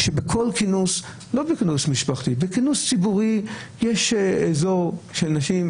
בכינוס ציבורי יש אזור של נשים,